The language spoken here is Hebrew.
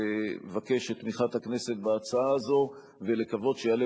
לבקש את תמיכת הכנסת בהצעה הזאת ולקוות שיעלה